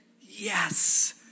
yes